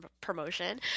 promotion